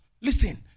Listen